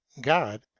god